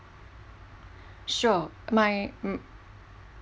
sure my